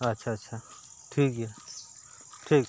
ᱟᱪᱪᱷᱟ ᱟᱪᱪᱷᱟ ᱴᱷᱤᱠ ᱜᱮᱭᱟ ᱴᱷᱤᱠ